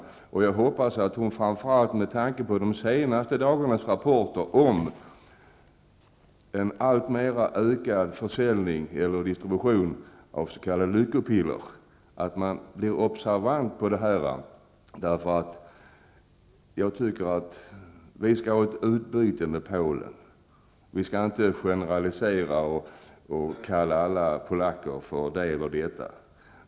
Framför allt med tanke på de senaste dagarnas rapporter om en ökad distribution av s.k. lyckopiller, hoppas jag att hon kommer att vara observant på detta problem. Jag tycker att vi skall ha ett utbyte med Polen. Vi skall inte generalisera och kalla alla polacker för olika saker.